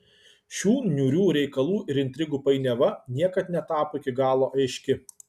šių niūrių reikalų ir intrigų painiava niekad netapo iki galo aiški